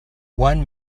one